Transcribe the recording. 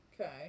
okay